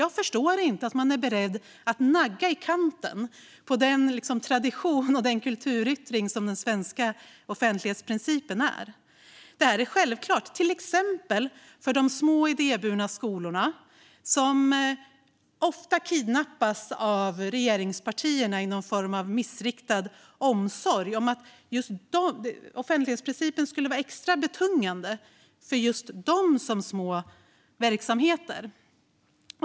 Jag förstår inte att man är beredd att nagga den tradition och kulturyttring som den svenska offentlighetsprincipen är i kanten. Att följa den är självklart för till exempel de små idéburna skolor som ofta kidnappas av regeringspartierna i någon form av missriktad omsorg eftersom offentlighetsprincipen tydligen skulle vara extra betungande för små verksamheter.